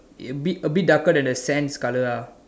a bit a bit darker than the sand's colour ah